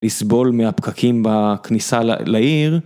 לסבול מהפקקים בכניסה לעיר